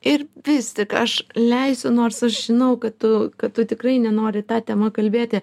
ir vis tik aš leisiu nors aš žinau kad tu kad tu tikrai nenori ta tema kalbėti